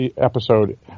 episode